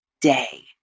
day